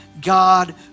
God